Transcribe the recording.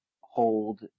hold